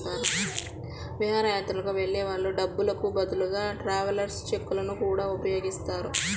విహారయాత్రలకు వెళ్ళే వాళ్ళు డబ్బులకు బదులుగా ట్రావెలర్స్ చెక్కులను గూడా ఉపయోగిస్తారు